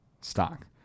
stock